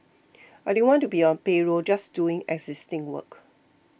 I didn't want to be on payroll just doing existing work